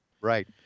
Right